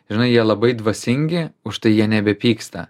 žinai jie labai dvasingi užtai jie nebepyksta